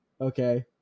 Okay